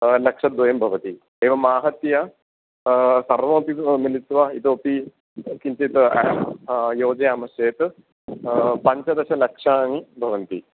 लक्षद्वयं भवति एवम् आहत्य सर्वमपि मिलित्वा इतोपि किञ्चित् योजयामश्चेत् पञ्चदशलक्षाणि भवन्ति